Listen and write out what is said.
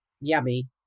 Yummy